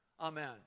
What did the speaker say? Amen